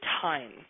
time